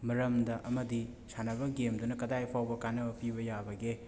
ꯃꯔꯝꯗ ꯑꯃꯗꯤ ꯁꯥꯟꯅꯕ ꯒꯦꯝꯗꯨꯅ ꯀꯗꯥꯏ ꯐꯥꯎꯕ ꯀꯥꯅꯕ ꯄꯤꯕ ꯌꯥꯕꯒꯦ